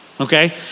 okay